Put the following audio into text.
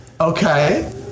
Okay